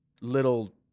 little